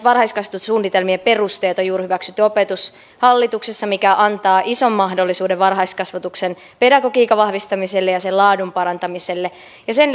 varhaiskasvatussuunnitelmien perusteet on juuri hyväksytty opetushallituksessa mikä antaa ison mahdollisuuden varhaiskasvatuksen pedagogiikan vahvistamiselle ja sen laadun parantamiselle sen